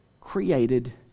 created